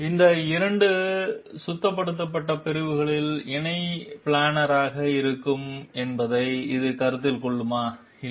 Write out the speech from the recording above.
இந்த இரண்டு சுத்தப்படுத்தப்பட்ட பிரிவுகளும் இணை பிளானராக இருக்கும் என்பதை இது கருத்தில் கொள்ளுமா இல்லை